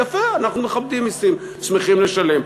יפה, אנחנו מכבדים מסים, שמחים לשלם.